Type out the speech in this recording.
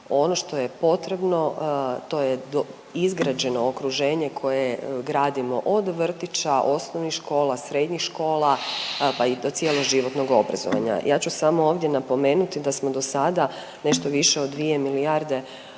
Ono što je potrebno, to je izgrađeno okruženje koje gradimo od vrtića, osnovnih škola, srednjih škola, pa i cjeloživotnog obrazovanja. Ja ću samo ovdje napomenuti da smo do sada nešto više od dvije milijarde